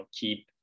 keep